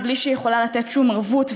מבלי שהיא יכולה לתת שום ערבות,